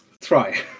try